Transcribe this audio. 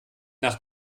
nach